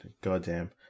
Goddamn